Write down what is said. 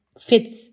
fits